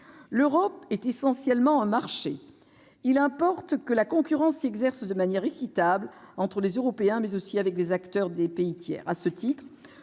L'Europe est essentiellement un marché : il importe que la concurrence s'y exerce de manière équitable entre les Européens, mais aussi avec les acteurs des pays tiers.